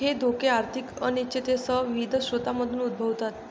हे धोके आर्थिक अनिश्चिततेसह विविध स्रोतांमधून उद्भवतात